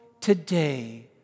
today